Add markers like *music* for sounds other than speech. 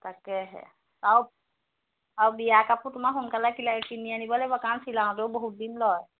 তাকেহে আৰু আৰু বিয়াৰ কাপোৰ তোমাৰ সোনকালে *unintelligible* কিনি আনিব লাগিব কাৰণ চিলাওঁতেও বহুত দিন লয়